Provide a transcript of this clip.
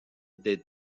des